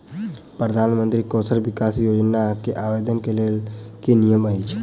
प्रधानमंत्री कौशल विकास योजना केँ आवेदन केँ लेल की नियम अछि?